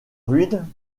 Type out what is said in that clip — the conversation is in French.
ruines